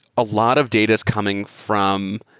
a lot of data is coming from